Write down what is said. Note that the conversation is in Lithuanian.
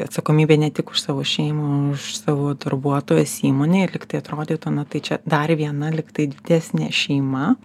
atsakomybė ne tik už savo šeimą už savo darbuotojus įmonėj lyg tai atrodytų na tai čia dar viena lyg tai didesnė šeima